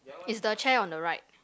is the chair on the right